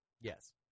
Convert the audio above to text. yes